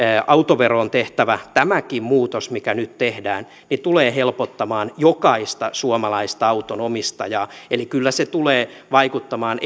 autoveroon tehtävä tämäkin muutos mikä nyt tehdään tulee helpottamaan jokaista suomalaista autonomistajaa eli kyllä se tulee vaikuttamaan